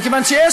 מכיוון שיש